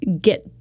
get